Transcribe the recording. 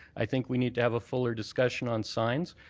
i think we need to have a fuller discussion on signs.